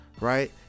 right